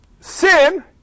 sin